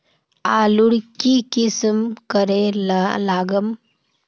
आलूर की किसम करे लागम?